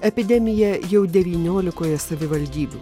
epidemija jau devyniolikoje savivaldybių